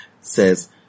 Says